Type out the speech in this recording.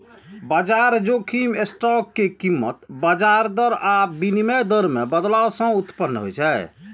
बाजार जोखिम स्टॉक के कीमत, ब्याज दर आ विनिमय दर मे बदलाव सं उत्पन्न होइ छै